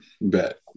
Bet